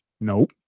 Nope